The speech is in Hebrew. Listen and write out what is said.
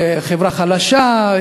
חברה חלשה,